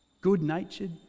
Good-natured